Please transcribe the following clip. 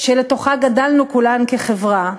שלתוכה גדלנו כולנו כחברה,